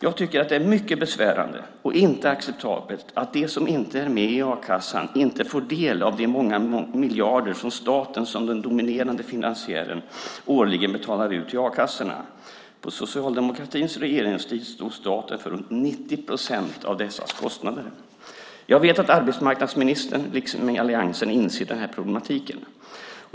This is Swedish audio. Jag tycker att det är mycket besvärande och inte acceptabelt att de som inte är med i a-kassan inte får del av de många miljarder som staten som den dominerande finansiären årligen betalar ut till a-kassorna. På socialdemokratins regeringstid stod staten för runt 90 procent av dessa kostnader. Jag vet att arbetsmarknadsministern, liksom alliansen, inser problemet.